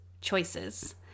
choices